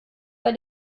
bei